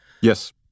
Yes